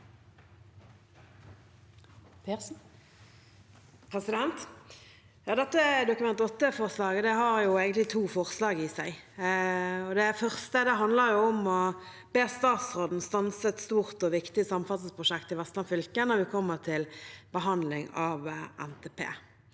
Dette Dokument 8-forslaget har egentlig to forslag i seg. Det første handler om å be statsråden stanse et stort og viktig samferdselsprosjekt i Vestland fylke når vi kommer til behandlingen av NTP.